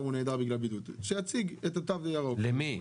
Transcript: נעדר בגלל בידוד, שיציג את התו הירוק --- למי?